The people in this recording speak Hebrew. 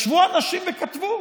ישבו אנשים וכתבו.